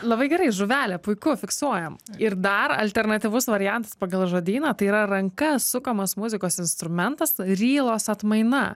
labai gerai žuvelė puiku fiksuojam ir dar alternatyvus variantas pagal žodyną tai yra ranka sukamas muzikos instrumentas rylos atmaina